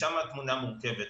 שם התמונה מורכבת.